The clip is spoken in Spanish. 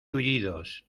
tullidos